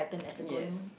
yes